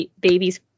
babies